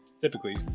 Typically